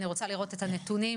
אני רוצה לראות את הנתונים.